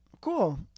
Cool